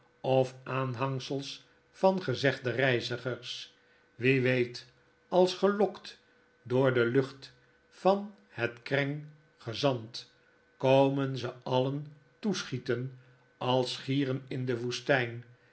of aanhangsels van gezegde reizigers wie weet als gelokt door de lucht van het kreng gezant komen ze alien toeschieten als gieren in de woestijn